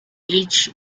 each